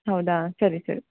ಹೌದಾ ಸರಿ ಸರಿ